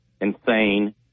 insane